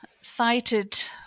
cited